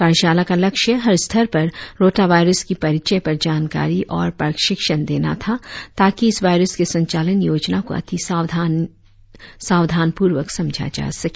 कार्यशाला का लक्ष्य हर स्तर पर रोतावाईरस की परिचय पर जानकारी और प्रशिक्षण देना था ताकि इस वायरस के संचालन योजना को अतिसावधान पूर्वक समझा जा सके